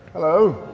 hello?